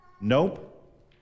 Nope